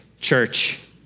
church